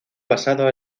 basado